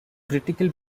critical